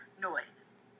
noise